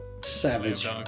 Savage